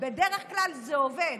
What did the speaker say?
בדרך כלל זה עובד.